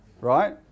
right